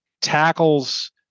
tackles